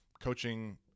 coaching